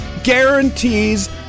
guarantees